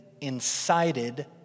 incited